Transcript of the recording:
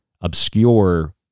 obscure